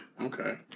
okay